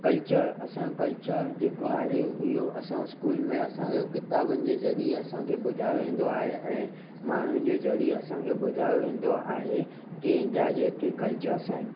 culture असांजो culture जेको आहे इहो असां स्कूल में असांखे किताबनि जे ज़रिए असांखे ॿुधायो वेंदो आहे ऐं माण्हुनि जे ज़रिए असांखे ॿुधायो वेंदो आहे की इंडिया जेके कल्चर्स आहिनि